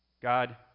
God